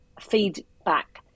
feedback